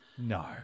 No